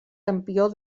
campió